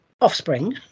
offspring